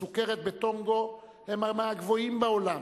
בסוכרת בטונגה הוא מהגבוהים בעולם.